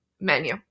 menu